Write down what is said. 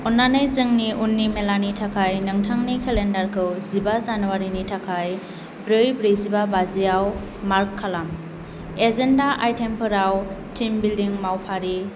अन्नानै जोंनि उननि मेलानि थाखाय नोंथांनि केलेन्डारखौ जिबा जानुवारिनि थाखाय ब्रै ब्रैजिबा बाजिआव मार्क खालाम एजेन्डा आइटेमफोराव टीम बिल्दिं मावफारि